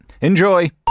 Enjoy